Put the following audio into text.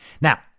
Now